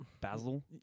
Basil